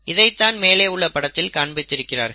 இதைத்தான் மேலே உள்ள படத்தில் காண்பித்திருக்கிறார்கள்